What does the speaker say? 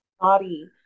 body